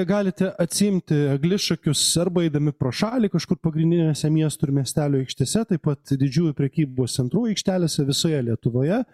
galite atsiimti eglišakius arba eidami pro šalį kažkur pagrindinėse miestų ir miestelių aikštėse taip pat didžiųjų prekybos centrų aikštelėse visoje lietuvoje